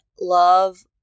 love